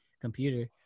computer